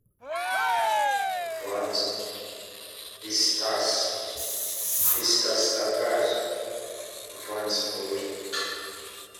voanjp, pistace, pistace kakazo, voajobory